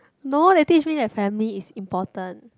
no they teach me that family is important